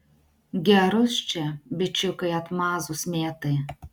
gerus čia bičiukai atmazus mėtai